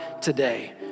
today